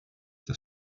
des